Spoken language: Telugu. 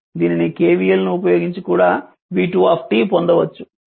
దీనిని KVL ను ఉపయోగించి కూడా v2 పొందవచ్చు